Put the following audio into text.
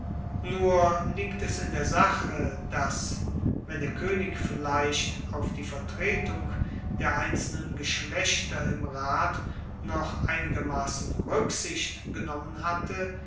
nur liegt es in der sache dass wenn der koenig vielleicht auf die vertretung der einzelnen geschlechter im rat noch einigermassen ruecksicht genommen hatte